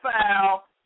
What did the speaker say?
foul